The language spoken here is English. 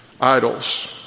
idols